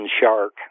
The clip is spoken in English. shark